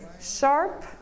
Sharp